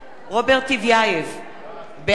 רוברט טיבייב, בעד